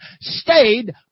stayed